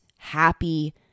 Happy